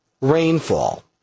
rainfall